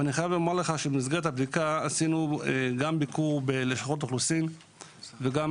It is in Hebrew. ואני חייב לומר לך שבמסגרת הבדיקה עשינו ביקור בלשכות אוכלוסין וגם